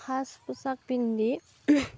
সাজ পোছাক পিন্ধি